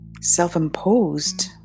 self-imposed